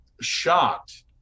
shocked